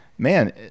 man